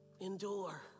Endure